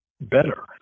better